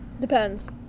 Depends